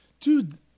dude